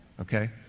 Okay